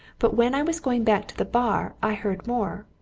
but when i was going back to the bar, i heard more.